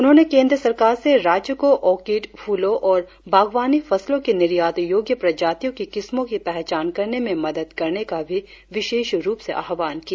उन्होंने केंद्र सरकार से राज्य को आर्किड फूलों और बागवानी फसलों की निर्यात योग्य प्रजातियों की किस्मों की पहचान करने में मदद करने का भी विशेष रुप से आह्वान किया